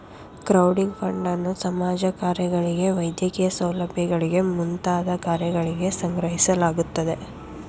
crowding ಫಂಡನ್ನು ಸಮಾಜ ಕಾರ್ಯಗಳಿಗೆ ವೈದ್ಯಕೀಯ ಸೌಲಭ್ಯಗಳಿಗೆ ಮುಂತಾದ ಕಾರ್ಯಗಳಿಗೆ ಸಂಗ್ರಹಿಸಲಾಗುತ್ತದೆ